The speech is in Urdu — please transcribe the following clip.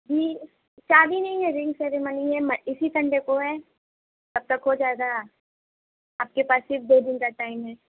جی شادی نہیں ہے رنگ سرمنی ہے اسی سنڈے کو ہے تب تک ہو جائے گا آپ کے پاس صرف دو دن کا ٹائم ہے